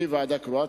קרי ועדה קרואה,